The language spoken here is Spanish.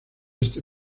este